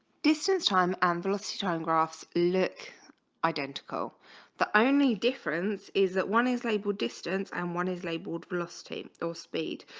distance time and velocity time graphs look identical the only difference is that one is labeled distance and one is labeled velocity or speed